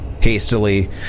hastily